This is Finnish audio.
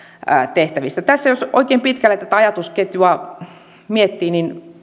tehtävistä tässä jos oikein pitkälle tätä ajatusketjua miettii